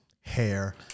hair